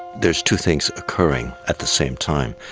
there's two things occurring at the same time.